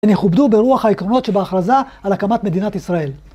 הם יכובדו ברוח העקרונות שבהכרזה על הקמת מדינת ישראל.